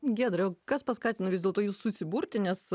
giedre o kas paskatino vis dėlto jus susiburti nes